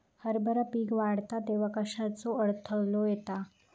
हरभरा पीक वाढता तेव्हा कश्याचो अडथलो येता?